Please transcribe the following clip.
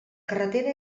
carretera